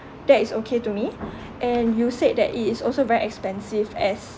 that is okay to me and you said that it is also very expensive as